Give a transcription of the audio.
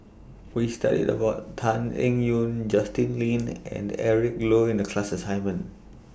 We studied about Tan Eng Yoon Justin Lean and Eric Low in The class assignment